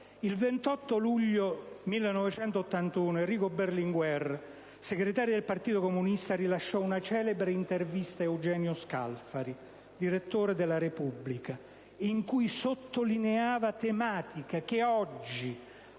II 28 luglio 1981 Enrico Berlinguer, segretario del Partito Comunista Italiano, rilasciò una celebre intervista a Eugenio Scalfari, il direttore de «la Repubblica», in cui sottolineava tematiche che oggi,